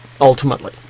ultimately